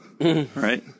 right